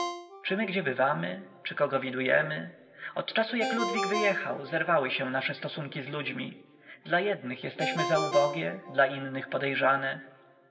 my gdzie bywamy czy kogo widujemy od czasu jak ludwik wyjechał zerwały się nasze stosunki z ludźmi dla jednych jesteśmy za ubogie dla innych podejrzane